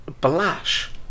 Blash